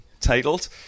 titled